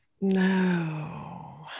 No